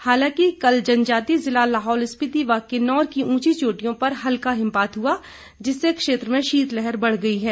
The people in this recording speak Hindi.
हालांकि कल जनजातीय जिला लाहौल स्पिति व किन्नौर की ऊंची चोटियों पर हल्का हिम्मपात हुआ जिससे क्षेत्र में शीत लहर बढ़ गई है